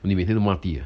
oh 你每天都抹地啊